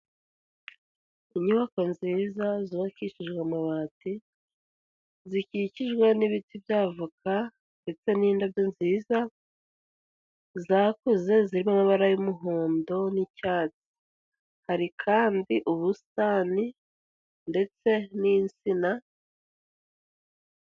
Inyubako nziza zubakishijwe amabati, zikikijwe n'ibiti by'avoka ndetse n'indabyo nziza zakuze zirimo amabara y'umuhondo n'icyatsi, hari kandi ubusitani ndetse n'insina.